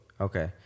Okay